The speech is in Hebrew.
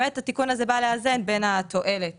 התיקון הזה בא לאזן בין התועלת